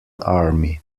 army